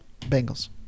Bengals